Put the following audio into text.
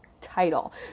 title